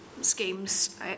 schemes